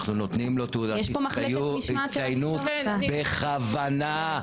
אנחנו נותנים לו תעודת הצטיינות בכוונה,